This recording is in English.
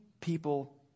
people